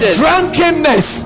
drunkenness